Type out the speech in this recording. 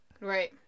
right